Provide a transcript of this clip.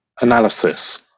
analysis